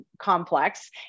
complex